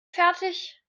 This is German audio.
fertig